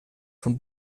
von